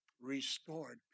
restored